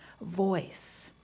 voice